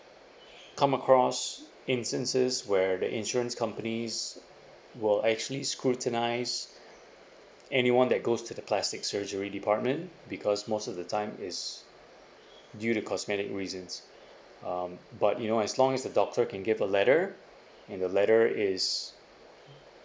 come across instances where the insurance companies will actually scrutinised anyone that goes to the plastic surgery department because most of the time it's due to cosmetic reason um but you know as long as the doctor can give a letter and the letter is